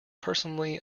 personally